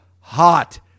hot